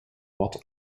wort